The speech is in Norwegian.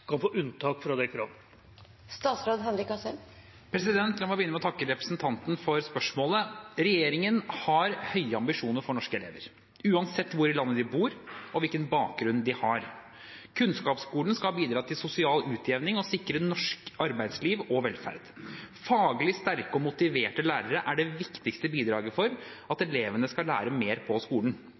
å takke representanten for spørsmålet. Regjeringen har høye ambisjoner for norske elever, uansett hvor i landet de bor, og hvilken bakgrunn de har. Kunnskapsskolen skal bidra til sosial utjevning og sikre norsk arbeidsliv og velferd. Faglig sterke og motiverte lærere er det viktigste bidraget for at elevene skal lære mer på skolen.